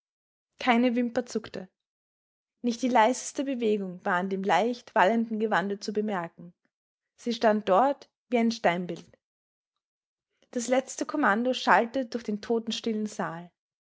keine wimper zuckte nicht die leiseste bewegung war an dem leicht wallenden gewande zu bemerken sie stand dort wie ein steinbild das letzte kommando schallte durch den totenstillen saal